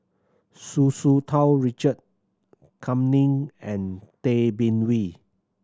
Hu Tsu Tau Richard Kam Ning and Tay Bin Wee